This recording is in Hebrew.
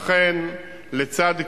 לכן, לצד קידום,